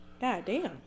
Goddamn